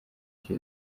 cya